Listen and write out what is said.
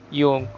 yung